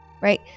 right